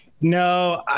No